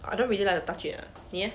I don't really like to touch it lah 你 leh